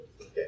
Okay